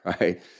right